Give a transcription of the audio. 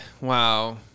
Wow